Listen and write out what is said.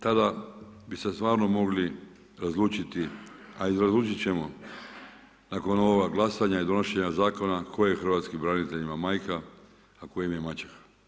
Tada bi se stvarno mogli razlučiti, a i razlučit ćemo nakon ovoga glasovanja i donošenja zakona tko je hrvatskim braniteljima majka, a tko im je maćeha.